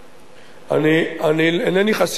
אני אינני חסין בפני טעויות,